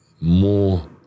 more